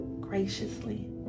graciously